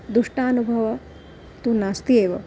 दुष्टानुभवः तु नास्ति एव